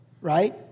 Right